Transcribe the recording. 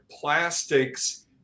plastics